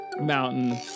Mountain